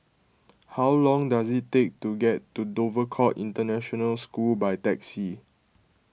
how long does it take to get to Dover Court International School by taxi